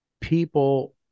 people